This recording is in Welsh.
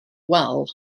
wal